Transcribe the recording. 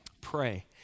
pray